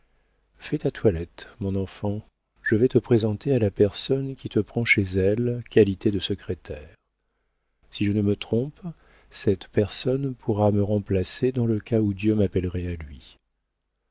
fais ta toilette mon enfant je vais te présenter à la personne qui te prend chez elle en qualité de secrétaire si je ne me trompe cette personne pourra me remplacer dans le cas où dieu m'appellerait à lui